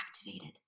activated